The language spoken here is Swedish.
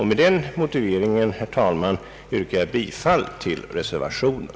Med den motiveringen, herr talman, yrkar jag bifall till reservationen.